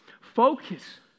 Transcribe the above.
Focus